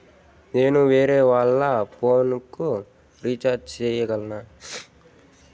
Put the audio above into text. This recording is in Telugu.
నేను వేరేవాళ్ల ఫోను లకు రీచార్జి సేయగలనా?